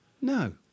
no